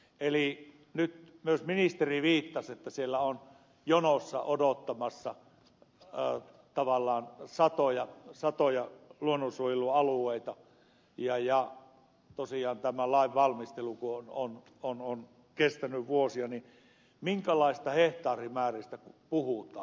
eli nyt myös ministeri viittasi että siellä on jonossa odottamassa tavallaan satoja luonnonsuojelualueita ja tosiaan kun tämä lain valmistelu on kestänyt vuosia niin minkälaisista hehtaarimääristä puhutaan